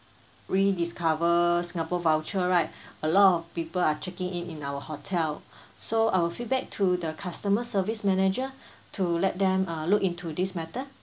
rediscover singapore voucher right a lot people are checking in in our hotel so I will feedback to the customer service manager to let them uh look into this matter